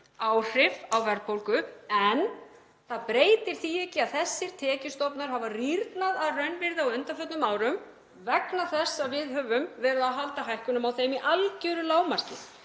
áhrif á verðbólgu. Það breytir því ekki að þessir tekjustofnar hafa rýrnað að raunvirði á undanförnum árum vegna þess að við höfum verið að halda hækkunum á þeim í algeru lágmarki.